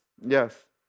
Yes